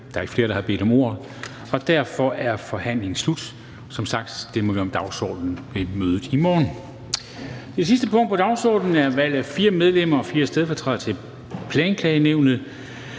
Der er ikke flere, der har bedt om ordet, og derfor er forhandlingen slut. Som sagt stemmer vi om forslag til vedtagelse ved mødet i morgen. --- Det sidste punkt på dagsordenen er: 45) Valg af 4 medlemmer og 4 stedfortrædere til Planklagenævnet.